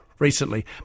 Recently